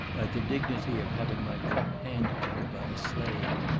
by the dignity of having my cup handed to me by a slave.